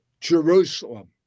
Jerusalem